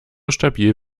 stabil